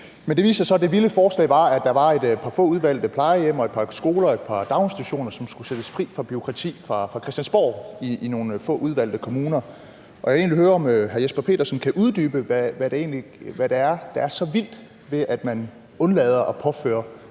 det vilde forslag var, at der var et par få udvalgte plejehjem og et par skoler og et par daginstitutioner, som skulle sættes fri fra bureaukrati fra Christiansborg, i nogle få udvalgte kommuner. Og jeg vil egentlig høre, om hr. Jesper Petersen kan uddybe, hvad det er, der er så vildt, ved at man undlader at påføre